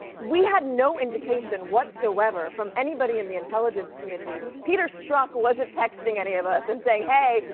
we had no indication whatsoever from anybody in the intelligence community. peter strzok wasn't texting any of us and saying, hey,